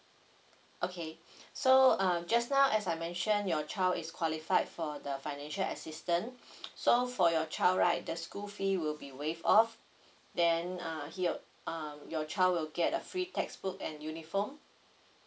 okay so um just now as I mention your child is qualified for the financial assistance so for your child right the school fee will be waive off then uh he will uh your child will get a free textbook and uniform